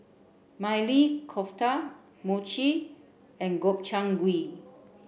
Maili Kofta Mochi and Gobchang gui